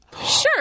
Sure